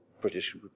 British